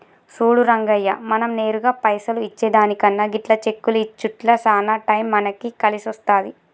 సూడు రంగయ్య మనం నేరుగా పైసలు ఇచ్చే దానికన్నా గిట్ల చెక్కులు ఇచ్చుట్ల సాన టైం మనకి కలిసొస్తాది